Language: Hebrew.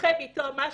סוחב אתו משהו,